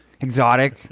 exotic